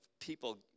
people